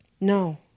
No